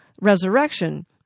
resurrection